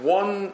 one